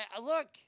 Look